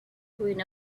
green